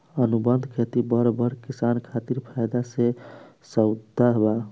अनुबंध खेती बड़ बड़ किसान खातिर फायदा के सउदा बा